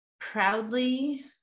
proudly